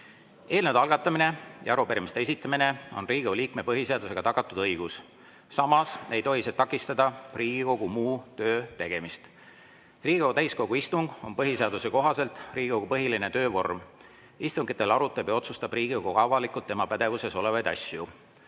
Eelnõude algatamine ja arupärimiste esitamine on Riigikogu liikme põhiseadusega tagatud õigus. Samas ei tohi see takistada Riigikogu muu töö tegemist. Riigikogu täiskogu istung on põhiseaduse kohaselt Riigikogu põhiline töövorm. Istungitel arutab ja otsustab Riigikogu avalikult tema pädevuses olevaid asju.